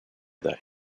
that